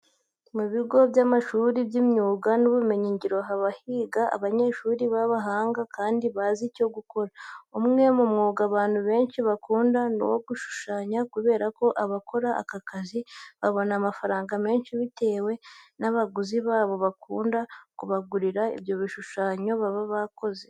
Mu bigo by'amashuri y'imyuga n'ubumenyingiro haba higa abanyeshuri b'abahanga kandi bazi icyo gukora. Umwe mu mwuga abantu benshi bakunda ni uwo gushushanya kubera ko abakora aka kazi babona amafaranga menshi bitewe n'abaguzi babo bakunda kubagurira ibyo bishushanyo baba bakoze.